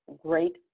great